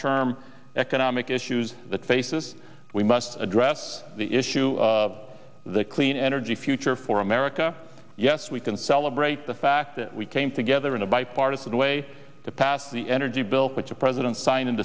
term economic issues that faces we must address the issue the clean energy future for america yes we can celebrate the fact that we came together in a bipartisan way to pass the energy bill which the president sign